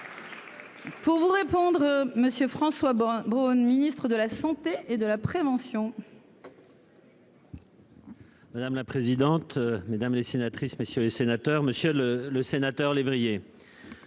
Pour vous répondre Monsieur François Braun Ministre de la Santé et de la prévention. Madame la présidente, mesdames les sénatrices messieurs les sénateurs, Monsieur le Sénateur Laugier.